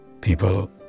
People